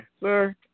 sir